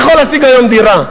מי יכול להשיג היום דירה?